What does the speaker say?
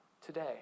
today